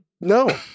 no